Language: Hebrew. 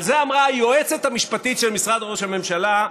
על זה אמרה היועצת המשפטית של משרד ראש הממשלה: